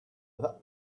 that